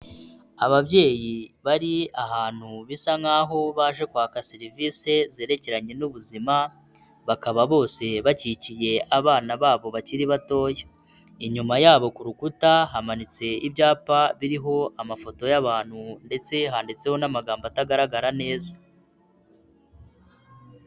Ababyeyi bari ahantu bisa nkaho baje kwaka serivisi zerekeranye n'ubuzima, bakaba bose bakikiye abana babo bakiri batoya, inyuma yabo ku rukuta hamanitse ibyapa biriho amafoto y'abantu ndetse handitseho n'amagambo atagaragara neza.